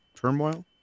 turmoil